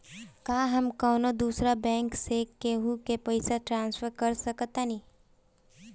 का हम कौनो दूसर बैंक से केहू के पैसा ट्रांसफर कर सकतानी?